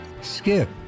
Skip